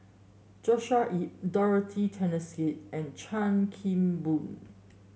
Joshua Ip Dorothy Tessensohn and Chan Kim Boon